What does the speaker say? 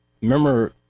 remember